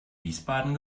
wiesbaden